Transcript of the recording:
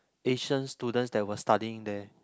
Asian students that was studying there